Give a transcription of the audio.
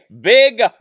big